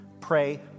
Pray